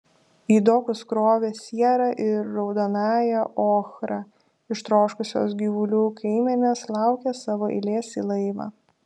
į dokus krovė sierą ir raudonąją ochrą ištroškusios gyvulių kaimenės laukė savo eilės į laivą